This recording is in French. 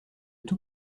tous